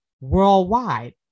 worldwide